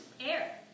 air